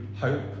hope